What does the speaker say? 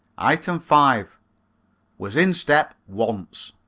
item five was in step once.